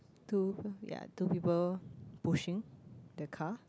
two ya two people pushing the car